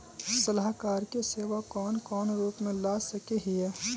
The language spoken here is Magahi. सलाहकार के सेवा कौन कौन रूप में ला सके हिये?